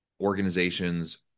organizations